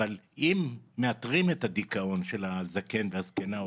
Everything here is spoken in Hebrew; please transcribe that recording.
אבל אם מאתרים את הדיכאון של הזקן והזקנה,